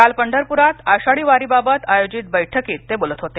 काल पंढरप्रात आषाढी वारी बाबत आयोजित बैठकीत ते बोलत होते